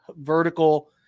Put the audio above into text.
vertical